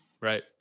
Right